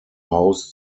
host